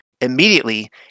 Immediately